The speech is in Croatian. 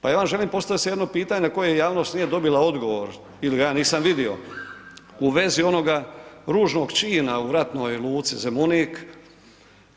Pa ja vam želim postaviti jedno pitanje na koje javnost nije dobila odgovor ili ga ja nisam vidio u vezi onoga ružnog čina u Ratnoj luci Zemunik